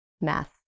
math